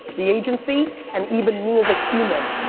the agency and even me as a human.